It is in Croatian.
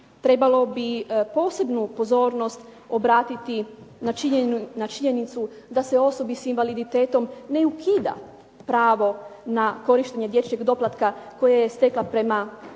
trebalo bi posebnu pozornost obratiti na činjenicu da se osobi sa invaliditetom ne ukida pravo na korištenje dječjeg doplatka kojeg je stekla po prijašnjim